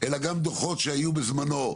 אלא גם דו"חות שהיו בזמנו,